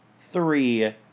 three